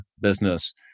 business